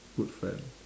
good friend